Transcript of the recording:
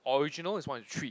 original is one is to three